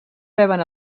reben